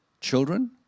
children